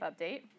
update